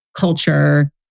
culture